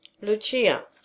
Lucia